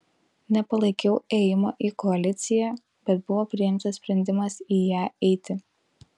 nepalaikiau ėjimo į koaliciją bet buvo priimtas sprendimas į ją eiti